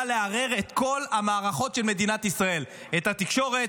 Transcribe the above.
לערער את כל המערכות של מדינת ישראל: את התקשורת,